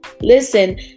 Listen